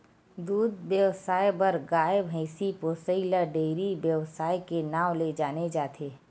दूद बेवसाय बर गाय, भइसी पोसइ ल डेयरी बेवसाय के नांव ले जाने जाथे